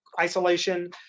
isolation